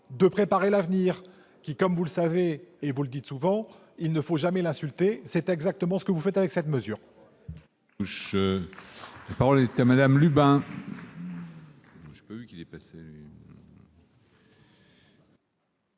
de préparer l'avenir, qui, comme vous le savez, puisque vous le dites souvent, ne doit jamais être insulté. C'est pourtant exactement ce que vous faites avec cette mesure.